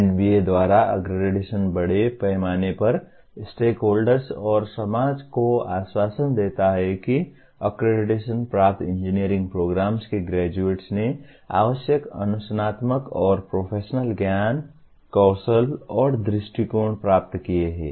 NBA द्वारा accreditation बड़े पैमाने पर स्टेकहोल्डर्स और समाज को आश्वासन देता है कि अक्रेडिटेशन प्राप्त इंजीनियरिंग प्रोग्राम्स के ग्रेजुएट्स ने आवश्यक अनुशासनात्मक और प्रोफेशनल ज्ञान कौशल और दृष्टिकोण प्राप्त किए हैं